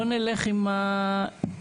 פה נלך עם הדרך.